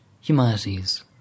humanities